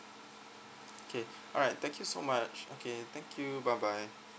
okay alright thank you so much okay thank you bye bye